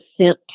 sent